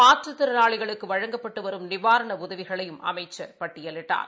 மாற்றுத்திறனாளிகளுக்குவழங்கப்பட்டுவரும் நிவாரணஉதவிகளையும் அமைச்சர் பட்டியலிட்டார்